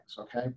okay